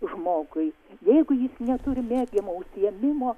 žmogui jeigu jis neturi mėgiamo užsiėmimo